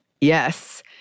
Yes